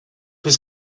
was